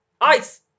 Ice